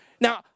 Now